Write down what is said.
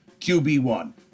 QB1